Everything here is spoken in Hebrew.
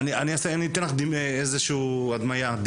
אני רוצה להצטרף, אני אתן לך דימוי כלשהו.